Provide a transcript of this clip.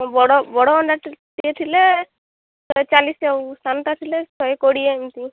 ବଡ଼ ବଡ଼ ଅଣ୍ଡା ଟିକେ ଥିଲେ ଶହେ ଚାଳିଶ ଆଉ ସାନଟା ଥିଲେ ଶହେ କୋଡ଼ିଏ ଏମିତି